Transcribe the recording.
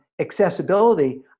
accessibility